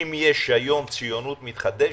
אם יש היום ציונות מתחדשת,